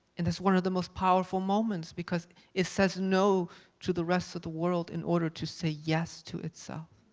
and that's one of the most powerful moments because it says no to the rest of the world in order to say yes to itself.